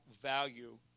value